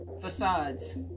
facades